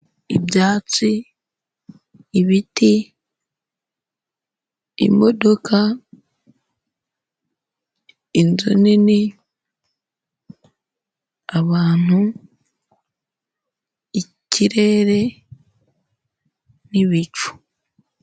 Ibyatsi, ibiti, imodoka, inzu nini, abantu, ikirere n'ibicu.